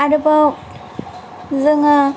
आरोबाव जों